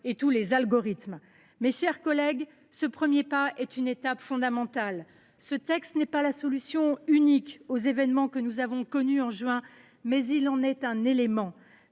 ou tous les algorithmes. Mes chers collègues, ce premier pas est une étape fondamentale. Ce texte n’est pas la solution unique aux événements que nous avons connus en juin, mais il en constitue un élément.